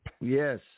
Yes